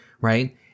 right